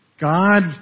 God